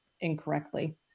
incorrectly